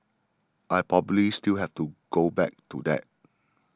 I probably still have to go back to that